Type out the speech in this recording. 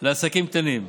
לעסקים קטנים,